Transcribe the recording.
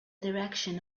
direction